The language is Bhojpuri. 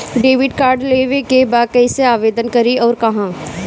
डेबिट कार्ड लेवे के बा कइसे आवेदन करी अउर कहाँ?